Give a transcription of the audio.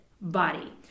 body